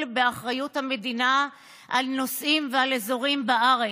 באחריות המדינה על נושאים ועל אזורים בארץ.